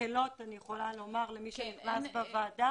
מקלות אני יכולה לומר למי שנכנס בוועדה.